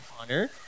Honor